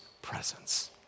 presence